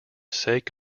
sake